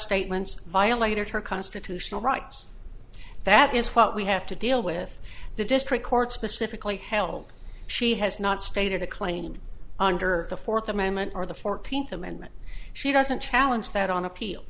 statements violated her constitutional rights that is what we have to deal with the district court specifically held she has not stated a claim under the fourth amendment or the fourteenth amendment she doesn't challenge that on a